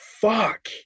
fuck